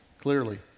clearly